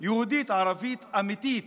יהודית-ערבית אמיתית.